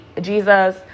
Jesus